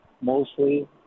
mostly